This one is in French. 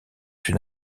une